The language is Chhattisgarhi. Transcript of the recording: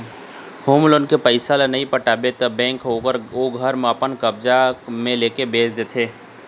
होम लोन के पइसा ल नइ पटा पाबे त बेंक ह ओ घर ल अपन कब्जा म लेके बेंच देथे